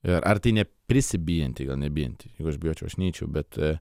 ir ar tai prisibijantį gal ne bijantį jeigu aš bijočiau aš neičiau bet